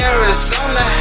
Arizona